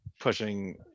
pushing